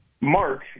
Mark